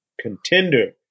contender